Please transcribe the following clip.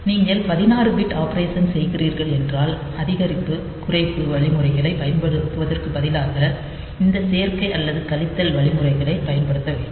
நீங்கள் 16 bit operation செய்கிறீர்கள் என்றால் அதிகரிப்பு குறைப்பு வழிமுறையைப் பயன்படுத்துவதற்குப் பதிலாக இந்தச் சேர்க்கை அல்லது கழித்தல் வழிமுறையைப் பயன்படுத்த வேண்டும்